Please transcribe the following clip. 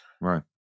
Right